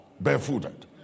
barefooted